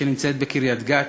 שנמצא בקריית-גת?